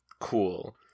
cool